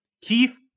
Keith